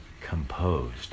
composed